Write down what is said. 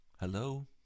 Hello